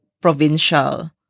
provincial